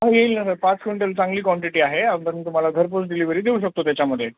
हो येईल ना सर पाच क्विंटल चांगली क्वांटीटी आहे आम मी तुम्हाला घरपोच डिलिवरी देऊ शकतो त्याच्यामध्ये